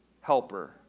helper